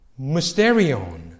mysterion